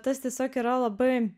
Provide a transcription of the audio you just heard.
tas tiesiog yra labai